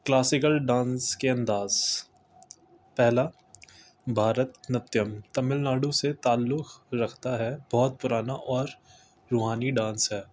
classical dance کے انداز پہلا بھارت نتم تمل ناڈو سے تعلق رختا ہے بہت پرانا اور روحانی ڈانس ہے